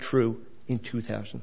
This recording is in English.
true in two thousand